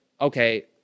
Okay